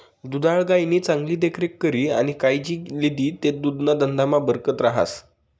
दुधाळ गायनी चांगली देखरेख करी आणि कायजी लिदी ते दुधना धंदामा बरकत रहास